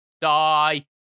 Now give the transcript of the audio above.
die